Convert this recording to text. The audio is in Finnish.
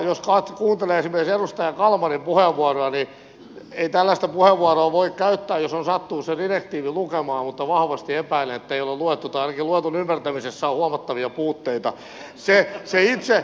jos kuunteli esimerkiksi edustaja kalmarin puheenvuoroa niin ei tällaista puheenvuoroa voi käyttää jos on sattunut sen direktiivin lukemaan mutta vahvasti epäilen ettei ole luettu tai ainakin luetun ymmärtämisessä on huomattavia puutteita